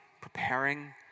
preparing